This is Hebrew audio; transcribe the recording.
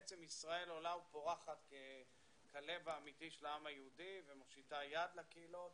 בעצם ישראל עולה ופורחת כלב האמיתי של העם היהודי ומושיטה יד לקהילות.